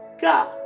God